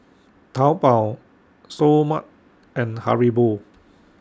Taobao Seoul Mart and Haribo